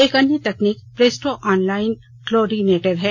एक अन्य तकनीक प्रेस्टो ऑनलाइन क्लोरीनेटर है